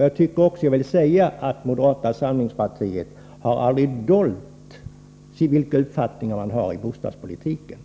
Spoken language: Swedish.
Jag tycker också att moderata samlingspartiet aldrig har dolt vilka uppfattningar man har när det gäller bostadspolitiken.